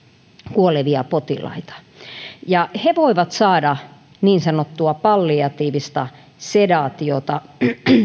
kuolevia potilaita ja he voivat saada niin sanottua palliatiivista sedaatiota